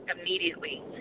immediately